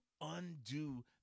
undo